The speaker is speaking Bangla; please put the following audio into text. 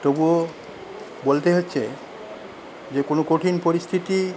তবুও বলতে হচ্ছে যে কোন কঠিন পরিস্থিতি